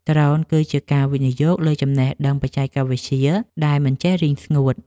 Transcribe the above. ដ្រូនគឺជាការវិនិយោគលើចំណេះដឹងបច្ចេកវិទ្យាដែលមិនចេះរីងស្ងួត។